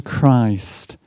Christ